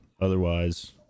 otherwise